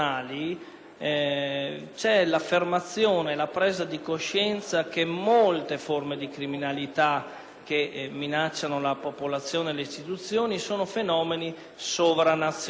è l'affermazione e la presa di coscienza che molte forme di criminalità, che minacciano la popolazione e le istituzioni, sono fenomeni sovranazionali,